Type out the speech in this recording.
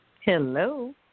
Hello